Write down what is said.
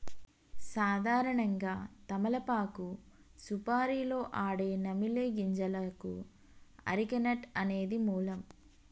సాధారణంగా తమలపాకు సుపారీలో ఆడే నమిలే గింజలకు అరెక నట్ అనేది మూలం